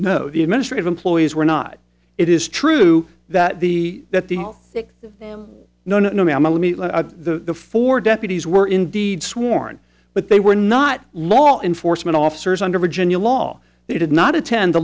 know the administrative employees were not it is true that the that the no no mammal the four deputies were indeed sworn but they were not law enforcement officers under virginia law they did not attend the